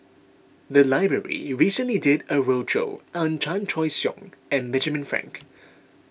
the library recently did a roadshow on Chan Choy Siong and Benjamin Frank